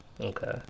Okay